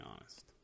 honest